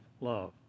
love